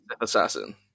assassin